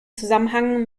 zusammenhang